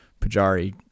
pajari